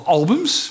albums